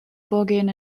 vorgehen